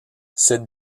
cette